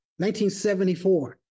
1974